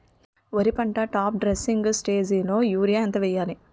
వరి పంటలో top dressing స్టేజిలో యూరియా ఎంత వెయ్యాలి?